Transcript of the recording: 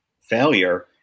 failure